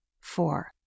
Four